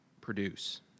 produce